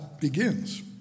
begins